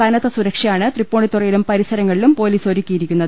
കനത്ത സുരക്ഷയാണ് തൃപ്പൂണിത്തുറയിലും പരിസര ങ്ങളിലും പൊലീസ് ഒരുക്കിയിരിക്കുന്നത്